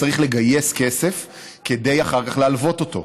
צריך לגייס כסף כדי שאחר כך יוכל להלוות אותו,